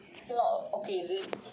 still not okay is it